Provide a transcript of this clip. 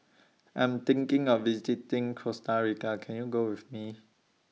I'm thinking of visiting Costa Rica Can YOU Go with Me